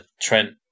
Trent